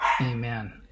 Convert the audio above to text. amen